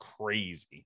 crazy